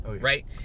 right